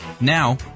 Now